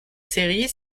série